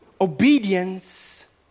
obedience